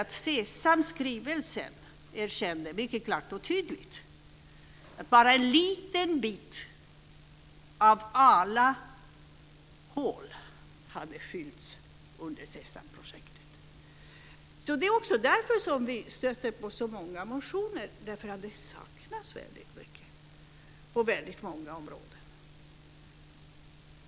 I SESAM-skrivelsen erkände man mycket klart och tydligt att bara några få av alla hål hade fyllts under projektet. Det är också därför vi stöter på så många motioner. Det saknas väldigt mycket på väldigt många områden.